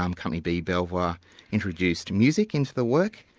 um company b belvoir introduced music into the work.